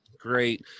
Great